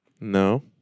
No